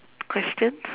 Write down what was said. question